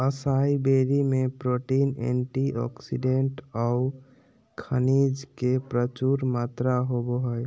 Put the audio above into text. असाई berry में protein, antioxidant औऊ खनिज के प्रचुर मात्रा होबो हइ